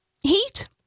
heat